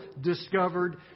discovered